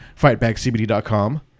fightbackcbd.com